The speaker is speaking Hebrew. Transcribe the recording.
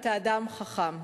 אתה אדם חכם,